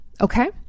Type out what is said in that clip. Okay